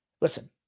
Listen